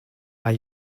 are